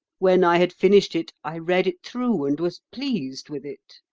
when i had finished it, i read it through and was pleased with it.